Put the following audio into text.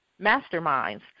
masterminds